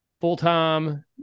full-time